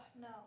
no